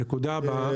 אוקיי, נקודה הבאה.